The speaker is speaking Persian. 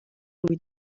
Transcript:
روی